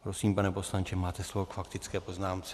Prosím, pane poslanče, máte slovo k faktické poznámce.